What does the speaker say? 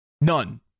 None